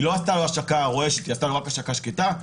היא לא עשתה השקה רועשת, היא עשתה רק השקה שקטה.